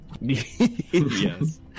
Yes